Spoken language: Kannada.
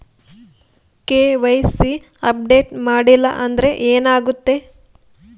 ಕೆ.ವೈ.ಸಿ ಅಪ್ಡೇಟ್ ಮಾಡಿಲ್ಲ ಅಂದ್ರೆ ಏನಾಗುತ್ತೆ?